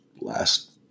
last